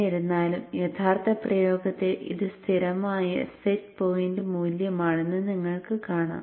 എന്നിരുന്നാലും യഥാർത്ഥ പ്രയോഗത്തിൽ ഇത് സ്ഥിരമായ സെറ്റ് പോയിന്റ് മൂല്യമാണെന്ന് നിങ്ങൾ കാണും